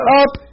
up